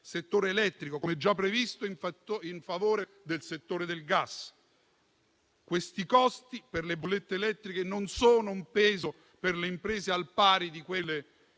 settore elettrico, come già previsto in favore del settore del gas. I costi per le bollette elettriche non sono un peso per le imprese al pari di quelli